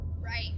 Right